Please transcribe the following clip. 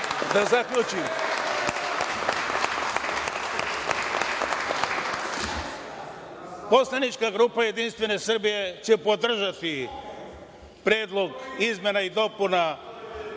Da zaključim. Poslanička grupa JS će podržati predlog izmena i dopuna